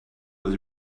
was